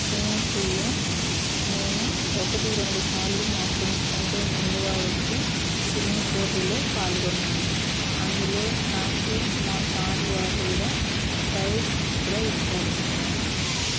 swimming ఫూల్లో నేను ఒకటి రెండు సార్లు మా ఫ్రెండ్స్ కంటే ముందుగా వచ్చి సిమ్మింగ్ పోటీలో పాల్గొన్నాను అందులో నాకు మా సార్లు వార్లు కూడా ప్రైస్ కూడా ఇచ్చారు